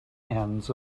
ends